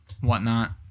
whatnot